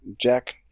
jack